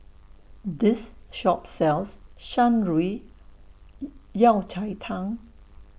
This Shop sells Shan Rui Yao Cai Tang